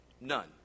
None